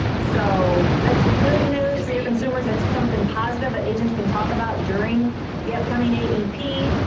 so, that's good news for your consumersl that's something positive that agents can talk about during the upcoming aep,